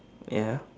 ya